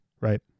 right